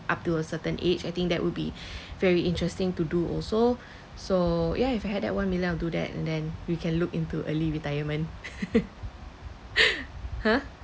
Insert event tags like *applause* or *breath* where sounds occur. up to a certain age I think that would be *breath* very interesting to do also so yeah if I had that one million I'll do that and then we can look into early retirement *laughs* !huh!